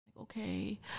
okay